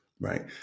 Right